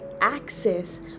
access